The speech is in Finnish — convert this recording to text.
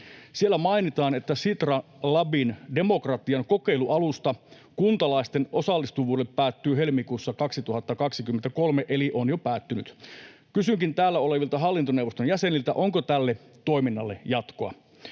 Siellä mainitaan, että Sitra Labin demokratian kokeilualusta kuntalaisten osallistuvuudelle päättyy huhtikuussa 2023 eli on jo päättynyt. Kysynkin täällä olevilta hallintoneuvoston jäseniltä, onko tälle toiminnalle jatkoa.